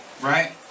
Right